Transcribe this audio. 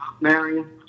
Marion